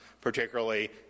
particularly